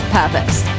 purpose